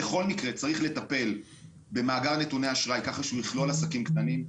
בכל מקרה צריך לטפל במאגר נתוני אשראי ככה שהוא יכלול עסקים קטנים.